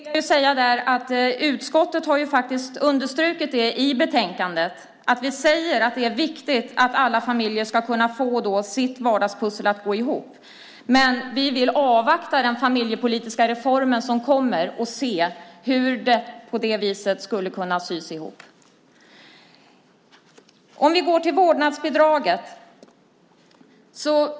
Fru talman! När det gäller så kallade nattis har utskottet understrukit i betänkandet att det är viktigt att alla familjer ska kunna få sitt vardagspussel att gå ihop. Men vi vill avvakta den familjepolitiska reform som kommer för att se hur det skulle kunna sys ihop. Låt oss gå till vårdnadsbidraget.